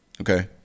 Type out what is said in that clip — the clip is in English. okay